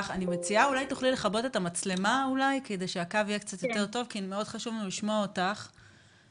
הייתי צריכה לסגור את העסק כי הייתי צריכה לעבוד שישה